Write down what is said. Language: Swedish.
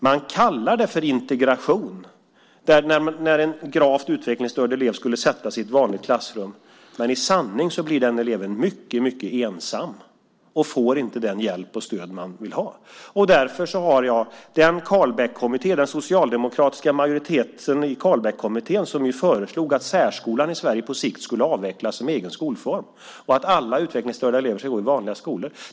Man kallar det för integration när en gravt utvecklingsstörd elev ska sättas i ett vanligt klassrum, men i sanning blir den eleven mycket ensam och får inte den hjälp och det stöd som behövs. Den socialdemokratiska majoriteten i Carlbeckkommittén föreslog att särskolan i Sverige på sikt skulle avvecklas som egen skolform och att alla utvecklingsstörda elever skulle gå i vanliga skolor.